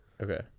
Okay